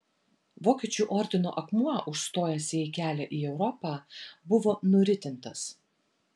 vokiečių ordino akmuo užstojęs jai kelią į europą buvo nuritintas